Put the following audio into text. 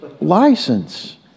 license